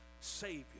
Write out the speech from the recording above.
Savior